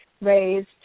raised